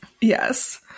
Yes